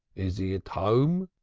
is he at home?